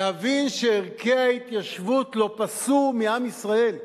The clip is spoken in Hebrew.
להבין שערכי ההתיישבות לא פסו מעם ישראל.